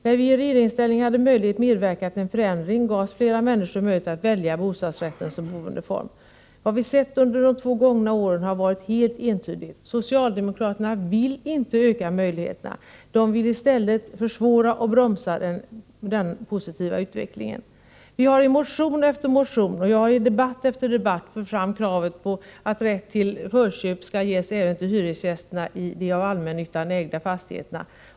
När vi i regeringsställning hade möjlighet att medverka till en förändring gavs fler människor möjlighet att välja bostadsrätten som boendeform. Vad vi sett under de två gångna åren har varit helt entydigt — socialdemokraterna vill inte öka möjligheterna, de vill i stället försvåra och bromsa den positiva utvecklingen. Vi har i motion efter motion, och jag har i debatt efter debatt, fört fram kravet på att rätt till förköp skall ges även till hyresgästerna i de av allmännyttan ägda fastigheterna.